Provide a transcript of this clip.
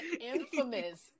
infamous